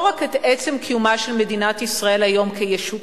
לא רק את עצם קיומה של מדינת ישראל היום כישות